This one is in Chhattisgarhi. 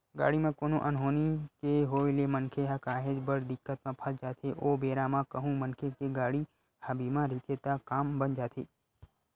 गाड़ी म कोनो अनहोनी के होय ले मनखे ह काहेच बड़ दिक्कत म फस जाथे ओ बेरा म कहूँ मनखे के गाड़ी ह बीमा रहिथे त काम बन जाथे